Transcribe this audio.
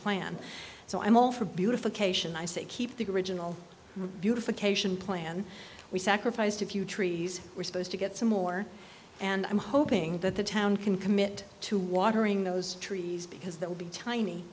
plan so i'm all for beautification i say keep the original beautification plan we sacrificed a few trees we're supposed to get some more and i'm hoping that the town can commit to watering those trees because they'll be tiny